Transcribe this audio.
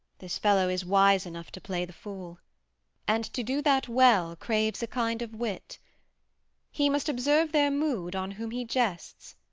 this fellow is wise enough to play the fool and to do that well craves a kind of wit he must observe their mood on whom he jests,